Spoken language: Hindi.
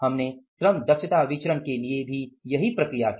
हमने श्रम दक्षता विचरण के लिए भी यही प्रक्रिया की